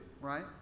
right